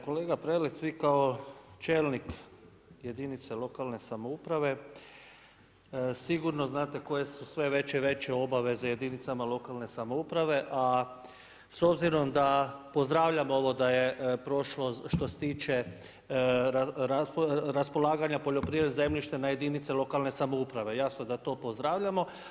Kolega Prelec, vi kao čelnik jedinice lokalne samouprave, sigurno znate koje su sve veće i veće obaveze jedinica lokalne samouprave, a s obzirom da pozdravljam ovo da je prošlo, što se tiče, raspolaganje poljoprivrednim zemljištem na jedinice lokalne samouprave, jasno da to pozdravljamo.